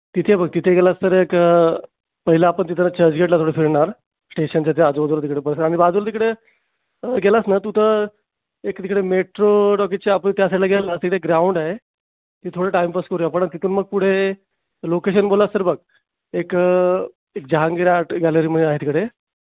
तिथे बघ तिथे गेलास तर एक पहिलं आपण तिथं चर्चगेटला थोडं फिरणार स्टेशनच्या त्या आजूबाजूला तिकडे आणि बाजूला तिकडे गेलास ना तू तं एक तिकडे मेट्रो त्या साईडला गेला ना तिथे एक ग्राउंड आहे तिथं थोडं टाईमपास करू आपण आणि तिथून मग पूढे लोकेशन बोलला आहेस तर बघ एक जहांगीर आर्ट गॅलरी म्हणून आहे तिकडे